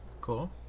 Cool